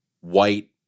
white